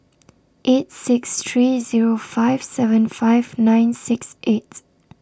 eight six three Zero five seven five nine six eight